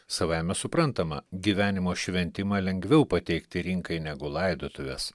savaime suprantama gyvenimo šventimą lengviau pateikti rinkai negu laidotuves